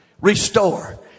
Restore